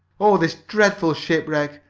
oh, this dreadful shipwreck!